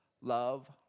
love